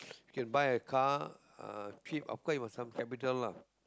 can buy a car uh cheap of course with some capital lah